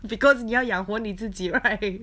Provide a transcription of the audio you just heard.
because 你要养活你自己 right